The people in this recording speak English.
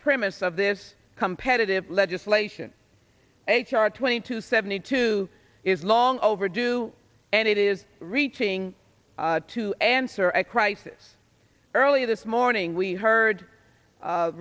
premise of this competitive legislation h r twenty two seventy two is long overdue and it is reaching to answer a crisis early this morning we heard